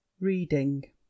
Reading